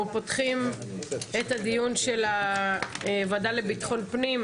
אנחנו פותחים את הדיון של הוועדה לביטחון פנים,